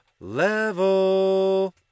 level